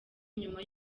nyuma